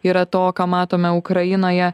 yra to ką matome ukrainoje